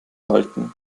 halten